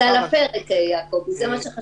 זה על הפרק, עורך הדין יעקבי, זה מה שחשוב.